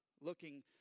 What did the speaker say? looking